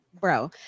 Bro